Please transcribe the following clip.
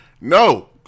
No